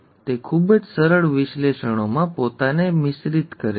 તે ખૂબ જ સરળ વિશ્લેષણમાં પોતાને મિશ્રિત કરે છે